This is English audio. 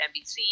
NBC